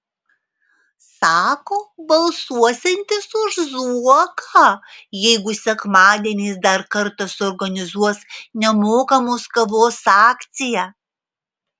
sako balsuosiantis už zuoką jeigu sekmadieniais dar kartą suorganizuos nemokamos kavos akciją